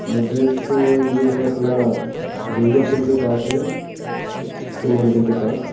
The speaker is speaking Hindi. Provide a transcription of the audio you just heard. ऐड्रेस ये है अपना लोहिया पुल के पास है शिव मंदिर के पास